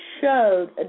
showed